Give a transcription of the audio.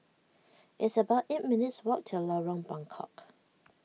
it's about eight minutes' walk to Lorong Buangkok